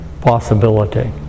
possibility